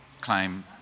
claim